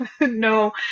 no